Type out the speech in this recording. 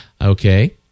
Okay